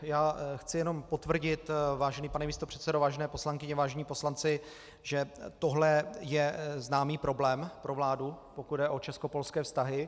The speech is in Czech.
Já chci jenom potvrdit, vážený pane místopředsedo, vážené poslankyně, vážení poslanci, že tohle je známý problém pro vládu, pokud jde o českopolské vztahy.